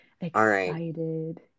excited